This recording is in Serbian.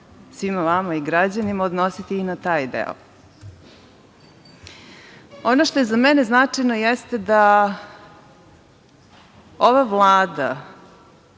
svima vama i građanima odnositi i na taj deo. Ono što je za mene značajno jeste da ova Vlada